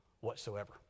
whatsoever